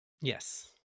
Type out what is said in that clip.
yes